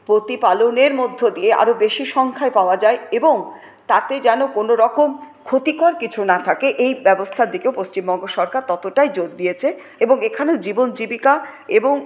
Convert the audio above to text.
প্রতিপালনের মধ্য দিয়ে আরো বেশী সংখ্যায় পাওয়া যায় এবং তাতে যেন কোনোরকম ক্ষতিকর কিছু না থাকে এই ব্যবস্থার দিকেও পশ্চিমবঙ্গ সরকার ততটাই জোর দিয়েছে এবং এখানে জীবন জীবিকা এবং